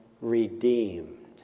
redeemed